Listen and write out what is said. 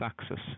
axis